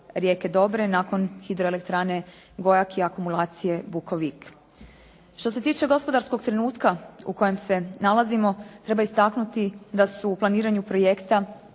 rijeke Dobre, nakon hidroelektrane Gojak i akumulacije Bukovik. Što se tiče gospodarskog trenutka u kojem se nalazimo treba istaknuti da su u planiranju projekta,